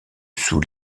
sous